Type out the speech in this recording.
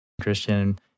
Christian